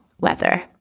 weather